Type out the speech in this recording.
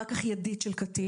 אחר כך ידיד של קטין,